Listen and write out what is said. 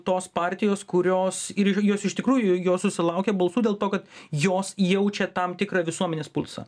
tos partijos kurios ir jos iš tikrųjų jos susilaukia balsų dėl to kad jos jaučia tam tikrą visuomenės pulsą